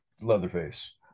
Leatherface